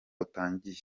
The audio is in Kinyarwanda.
utangiye